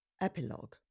Epilogue